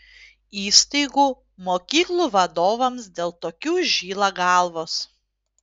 įstaigų mokyklų vadovams dėl tokių žyla galvos